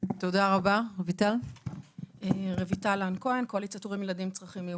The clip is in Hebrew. שקיימת בחוק שוויון זכויות לאנשים עם מוגבלות.